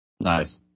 Nice